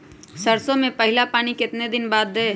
सरसों में पहला पानी कितने दिन बाद है?